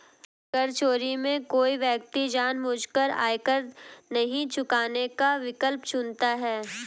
कर चोरी में कोई व्यक्ति जानबूझकर आयकर नहीं चुकाने का विकल्प चुनता है